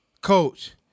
Coach